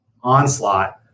onslaught